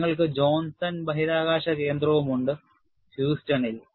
നിങ്ങൾക്ക് ജോൺസൺ ബഹിരാകാശ കേന്ദ്രമുണ്ട് ഹൂസ്റ്റണിൽ